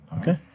Okay